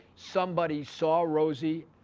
somebody saw rosie,